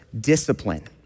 discipline